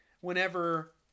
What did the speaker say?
whenever